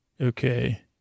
Okay